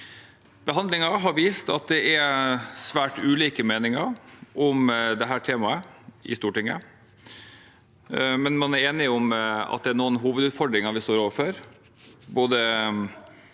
gassvirksomhet at det er svært ulike meninger om dette temaet i Stortinget, men man er enige om at det er noen hovedutfordringer vi står overfor,